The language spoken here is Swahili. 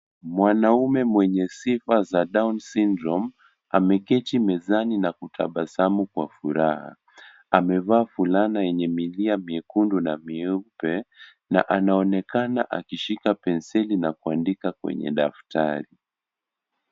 Mwanaume mwenye sifa za Down syndrome ameketi mezani na anatabasamu kwa furaha. Amevaa vulana enye milia mekundu na meupe anaonekana akishika penseli na kuandika kwenye daftari.